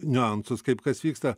niuansus kaip kas vyksta